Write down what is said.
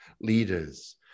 leaders